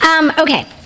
Okay